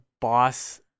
boss